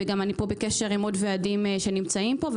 ואני בקשר עם עוד ועדים שנמצאים פה.